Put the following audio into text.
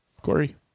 Corey